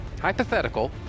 hypothetical